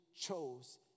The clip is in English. chose